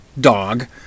dog